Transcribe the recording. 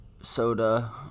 soda